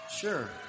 Sure